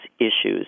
issues